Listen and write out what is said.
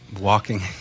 Walking